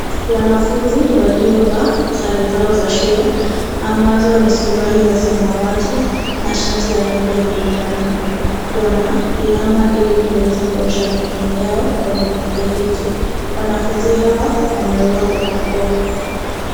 Wanafunzi waliovaa sare zao za shule ambazo ni suruali za samawati na shati ya rangi ya manjano wanainama ili kuweza kuosha mikono yao kwenye mifereji, wanafunzi hawa wamevaa barakoa.